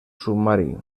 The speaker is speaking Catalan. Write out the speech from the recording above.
submarí